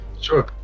Sure